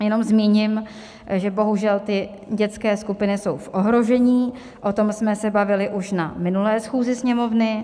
Jenom zmíním, že bohužel ty dětské skupiny jsou v ohrožení, o tom jsme se bavili už na minulé schůzi Sněmovny.